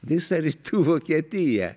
visą rytų vokietiją